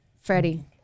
Freddie